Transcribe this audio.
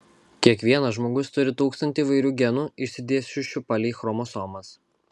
kiekvienas žmogus turi tūkstantį įvairių genų išsidėsčiusių palei chromosomas